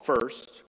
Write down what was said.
first